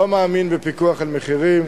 לא מאמין בפיקוח על מחירים.